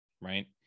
right